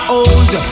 old